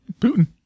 Putin